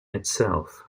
itself